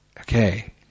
okay